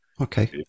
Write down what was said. Okay